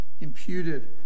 imputed